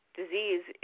disease